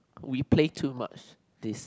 we play too much this